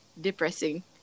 depressing